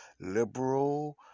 liberal